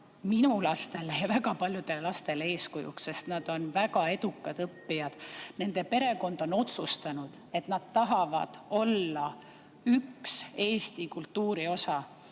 minu lastele ja väga paljudele lastele eeskujuks, sest nad on väga edukad õppijad. Nende perekond on otsustanud, et nad tahavad olla eesti kultuuri osa.